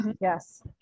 yes